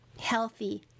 healthy